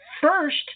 First